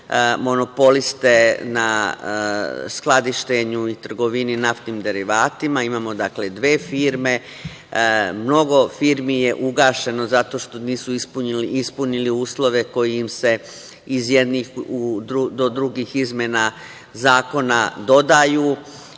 monopoliste na skladištenju i trgovini naftnim derivatima, imao dve firme. Mnogo firmi je ugašeno, zato što nisu ispunili uslove koji im se, iz jednih do drugih izmena zakona dodaju.